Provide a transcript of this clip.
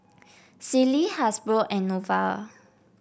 Sealy Hasbro and Nova